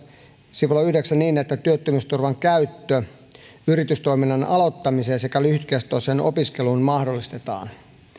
sivulla yhdeksään puhutaan niin että työttömyysturvan käyttö yritystoiminnan aloittamiseen sekä lyhytkestoiseen opiskeluun mahdollistetaan